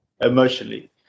Emotionally